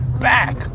back